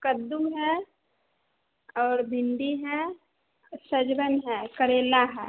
कद्दू है और भिंडी है सहजन है करेला है